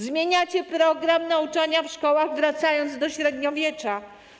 Zmieniacie program nauczania w szkołach, wracając do średniowiecza.